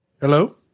Hello